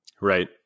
Right